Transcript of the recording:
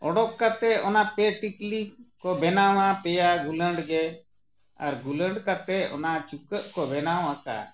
ᱚᱰᱚᱠ ᱠᱟᱛᱮᱫ ᱚᱱᱟ ᱯᱮ ᱴᱤᱠᱞᱤ ᱠᱚ ᱵᱮᱱᱟᱣᱟ ᱯᱮᱭᱟ ᱜᱩᱞᱟᱹᱰ ᱜᱮ ᱟᱨ ᱜᱩᱞᱟᱹᱰ ᱠᱟᱛᱮᱫ ᱚᱱᱟ ᱪᱩᱠᱟᱹᱜ ᱠᱚ ᱵᱮᱱᱟᱣ ᱟᱠᱟᱫ